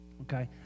Okay